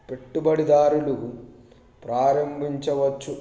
పెట్టుబడిదారులు ప్రారంభించవచ్చు